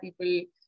people